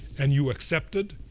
and you accepted.